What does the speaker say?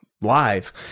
live